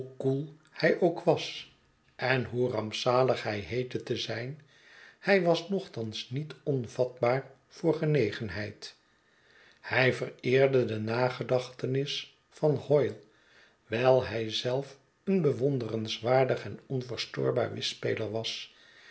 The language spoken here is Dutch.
koel hij ook was en hoe rampzalig hij heette te zijn hij was nochtans niet onvatbaar voor genegenheid hij vereerde de nagedachtenis van hoyle wijl hij zelf een bewonderenswaardig en onverstoorbaar whistspeler was